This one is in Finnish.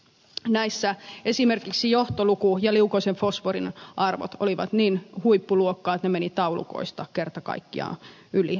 näissä esimerkiksi johtoluku ja liukoisen fosforin arvot olivat niin huippuluokkaa arveluttavan korkeita että ne menivät taulukoista kerta kaikkiaan yli